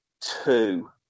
two